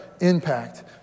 impact